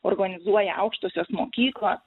organizuoja aukštosios mokyklos